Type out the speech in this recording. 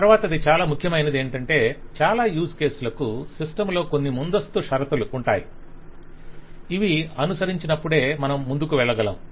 తరువాతది చాలా ముఖ్యమైనది ఏంటంటే చాలా యూజ్ కేస్ లకు సిస్టమ్ లో కొన్ని ముందస్తు షరతులు ఉంటాయి - ఇవి అనుసరించినప్పుడే మనం ముందుకు వెళ్లగలం